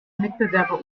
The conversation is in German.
mitbewerber